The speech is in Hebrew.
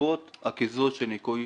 בעקבות הקיזוז של ניכוי